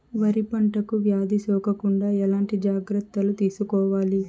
వరి పంటకు వ్యాధి సోకకుండా ఎట్లాంటి జాగ్రత్తలు తీసుకోవాలి?